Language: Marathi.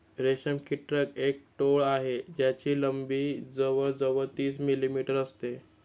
रेशम कीटक एक टोळ आहे ज्याची लंबी जवळ जवळ तीस मिलीमीटर असते